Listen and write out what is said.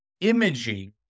imaging